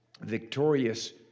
victorious